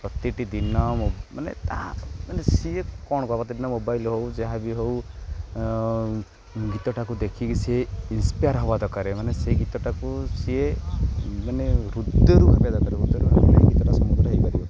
ପ୍ରତିଟି ଦିନ ମାନେ ତାହା ମାନେ ସିଏ କ'ଣ କରିବ ପ୍ରତିଦିନ ମୋବାଇଲ ହଉ ଯାହାବି ହଉ ଗୀତଟାକୁ ଦେଖିକି ସିଏ ଇନସ୍ପାୟାର ହବା ଦରକାରେ ମାନେ ସେ ଗୀତଟାକୁ ସିଏ ମାନେ ହୃଦୟରୁ ବାହାରିବା ଦରକାର ହୃଦୟରୁ ଭାବ ସେ ଗୀତଟା ସମ୍ପୂର୍ଣ୍ଣ ହେଇପାରିବ